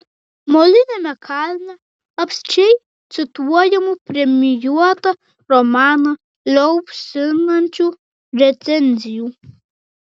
moliniame kalne apsčiai cituojamų premijuotą romaną liaupsinančių recenzijų